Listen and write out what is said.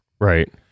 Right